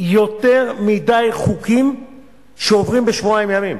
יותר מדי חוקים שעוברים בשבועיים ימים.